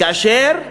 כאשר ידע,